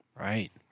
Right